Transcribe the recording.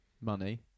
money